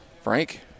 Frank